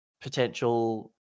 potential